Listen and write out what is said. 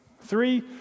Three